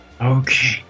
Okay